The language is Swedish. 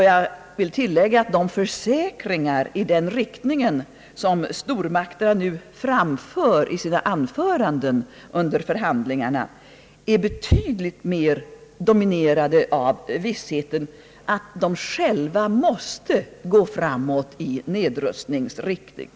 Jag vill tillägga att de försäkringar i den riktningen, som supermakternas representanter nu framfört i sina anföranden under förhandlingarna, är betydligt mer dominerade än förut av vissheten att de själva måste gå framåt i nedrustningsriktning.